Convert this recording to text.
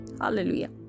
Hallelujah